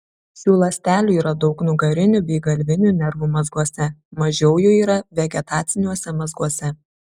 šių ląstelių yra daug nugarinių bei galvinių nervų mazguose mažiau jų yra vegetaciniuose mazguose